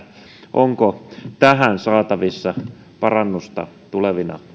onko tähän saatavissa parannusta tulevina